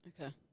Okay